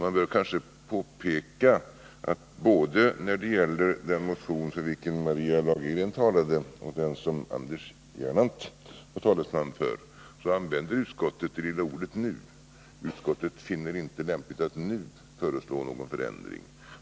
Man bör kanske påpeka att utskottet, både när det gäller den motion för vilken Maria Lagergren talade och den som Anders Gernandt är talesman för, använder det lilla ordet nu. Utskottet finner det inte lämpligt att nu föreslå någon förändring.